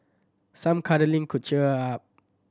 some cuddling could cheer her up